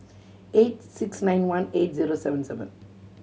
eight six nine one eight zero seven seven